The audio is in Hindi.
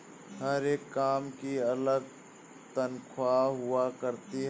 हर एक काम की अलग तन्ख्वाह हुआ करती है